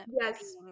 yes